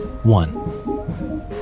One